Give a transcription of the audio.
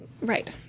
right